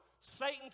Satan